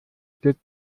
stets